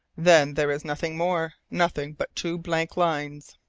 then there is nothing more nothing but two blank lines